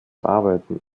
arbeiten